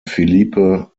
philippe